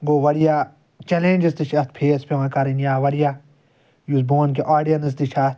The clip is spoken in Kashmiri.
گوٚو واریاہ چیٚلینٛجٕز تہِ چھِ اَتھ پیٚوان فیس کَرٕنۍ یا واریاہ یُس بہٕ وَنہٕ کہِ آڈیَنٕس تہِ چھِ اَتھ